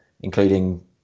including